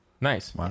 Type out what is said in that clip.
Nice